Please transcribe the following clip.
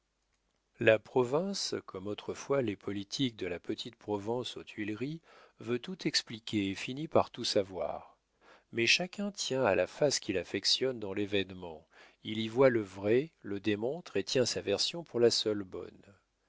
la province comme autrefois les politiques de la petite provence aux tuileries veut tout expliquer et finit par tout savoir mais chacun tient à la face qu'il affectionne dans l'événement il y voit le vrai le démontre et tient sa version pour la seule bonne